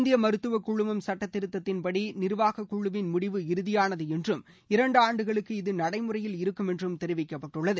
இந்திய மருத்துவக்குழுமம் சுட்டத்திருத்தத்தின்படி நிர்வாகக்குழுவின் முடிவு இறுதியானது என்றும் இரண்டு ஆண்டுகளுக்கு இது நடைமுறையில் இருக்கும் என்றும் தெரிவிக்கப்பட்டுள்ளது